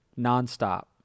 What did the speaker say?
nonstop